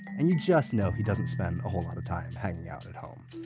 and you just know he doesn't spend a whole lot of time hanging out at home.